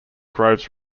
groves